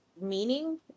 meaning